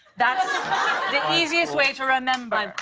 that's the easiest way to remember.